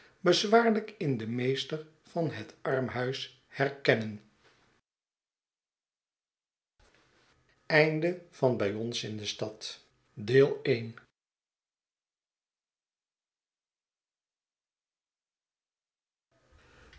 bezwaarlijk in den meester van het armhuis herkennen ii de